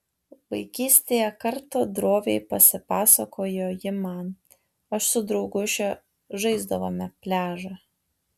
vaikystėje kartą droviai pasipasakojo ji man aš su drauguže žaisdavome pliažą